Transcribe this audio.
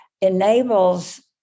enables